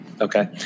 Okay